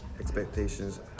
expectations